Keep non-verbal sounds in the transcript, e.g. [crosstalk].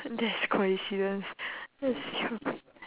that's coincidence [noise]